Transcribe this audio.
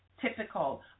typical